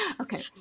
Okay